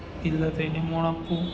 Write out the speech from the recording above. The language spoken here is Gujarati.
તીલા થઈને મોણ આપવું